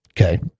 Okay